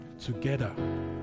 together